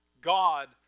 God